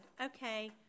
okay